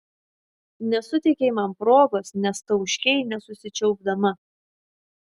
nesuteikei man progos nes tauškei nesusičiaupdama